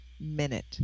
minute